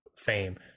fame